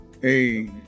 Hey